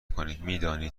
کنین، میدانید